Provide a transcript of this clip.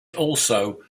also